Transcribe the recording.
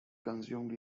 consumed